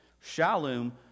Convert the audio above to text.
Shalom